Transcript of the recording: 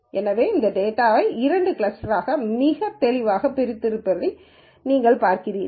எனவே இந்தத் டேட்டாவை இரண்டு கிளஸ்டர்களாக மிகத் தெளிவாகப் பிரிந்து இருப்பதை நீங்கள் பார்ப்பீர்கள்